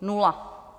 Nula.